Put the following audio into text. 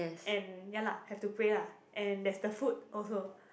and ya lah have to pray lah and there's the food also